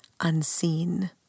unseen